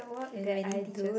and many teachers